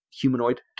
humanoid